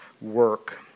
work